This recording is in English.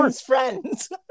friends